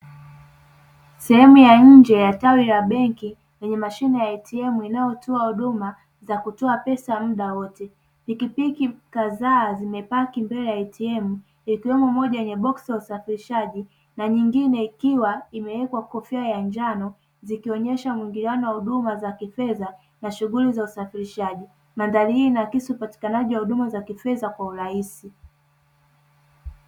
Sehemu ya nje ya tawi la benki yenye mashine ya "ATM" inayotoa huduma za kutoa pesa muda wote. Pikipiki kadhaa zimepaki mbele ya "ATM" ikiwemo moja yenye boksi la usafirishaji na nyingine ikiwa imewekwa kofia ya njano; zikionyesha muingiliano wa huduma za kifedha na shughuli za usafirishaji. Mandhari hii inaakisi upatikanaji wa huduma za kifedha kwa urahisi.